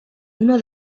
uno